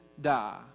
die